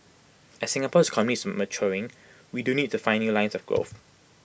as Singapore's economy is maturing we do need to find new lines of growth